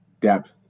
depth